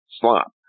slop